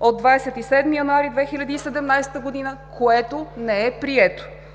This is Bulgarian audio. от 27 януари 2017 г., което не е прието.